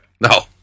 No